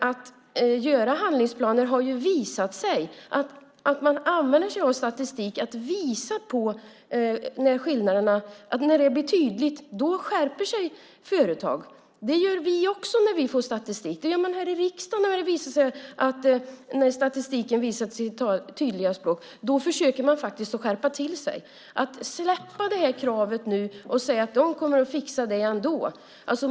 Att göra handlingsplaner och använda sig av statistik för att göra skillnaderna tydliga innebär att företag skärper sig. Det gör vi också när vi får statistik. Riksdagen skärper sig när statistiken har talat sitt tydliga språk. Då försöker man skärpa till sig. Nu släpps kravet och man säger att de kommer att fixa detta ändå.